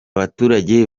baturage